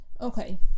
okay